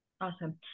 awesome